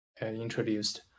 introduced